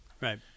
Right